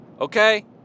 Okay